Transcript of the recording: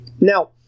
Now